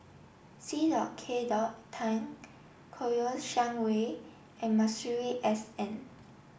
C K Tang Kouo Shang Wei and Masuri S N